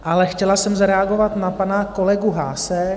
Ale chtěla jsem zareagovat na pana kolegu Haase.